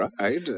right